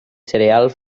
cereal